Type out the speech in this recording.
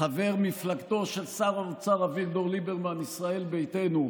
חבר מפלגתו של שר האוצר אביגדור ליברמן מישראל ביתנו.